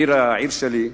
העיר שלי,